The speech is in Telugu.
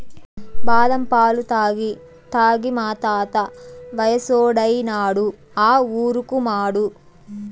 బాదం పాలు తాగి తాగి మా తాత వయసోడైనాడు ఆ ఊరుకుమాడు